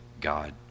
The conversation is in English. God